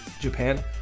Japan